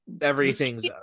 Everything's